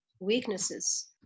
weaknesses